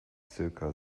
zirka